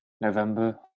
November